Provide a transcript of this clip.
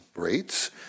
rates